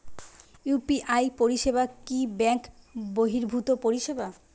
UPI পরিসেবা কি bank বর্হিভুত পরিসেবা?